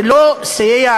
זה לא סייע,